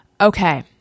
Okay